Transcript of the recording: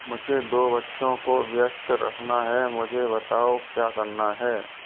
मुझे दो बच्चों को व्यस्त रखना है मुझे बताओ क्या करना है